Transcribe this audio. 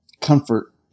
comfort